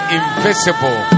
invisible